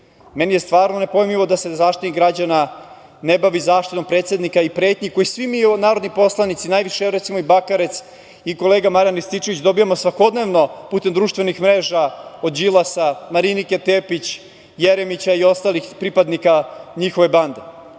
je stvarno nepojmljivo da se Zaštitnik građana ne bavi zaštitom predsednika i pretnji koji svi mi narodni poslanici, najviše Bakarec i kolega Marijan Rističeveć dobijamo svakodnevno putem društvenih mreža od Đilasa, Marinike Tepić, Jeremića i ostalih pripadnika njihove bande.